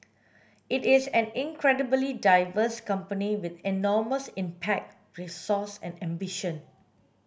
it is an incredibly diverse company with enormous impact resource and ambition